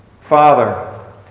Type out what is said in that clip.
Father